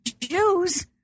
Jews